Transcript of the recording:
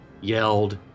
yelled